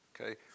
okay